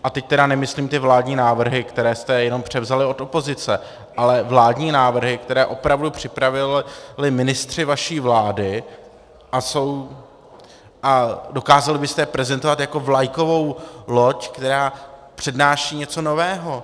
A teď nemyslím ty vládní návrhy, které jste jenom převzali od opozice, ale vládní návrhy, které opravdu připravili ministři vaší vlády, a dokázali byste je prezentovat jako vlajkovou loď, která přednáší něco nového.